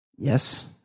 Yes